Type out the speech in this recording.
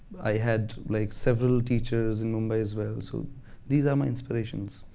i had like several teachers in mumbai as well. so these are my inspirations.